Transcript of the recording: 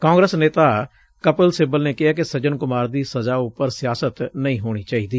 ਕਾਂਗਰਸ ਨੇਤਾ ਕਪਿਲ ਸਿੱਬਲ ਨੇ ਕਿਹੈ ਕਿ ਸੱਜਨ ਕੁਮਾਰ ਦੀ ਸਜ਼ਾ ਉਪਰ ਸਿਆਸਤ ਨਹੀਂ ਹੋਣੀ ਚਾਹੀਦੀ